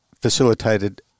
facilitated